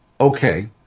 Okay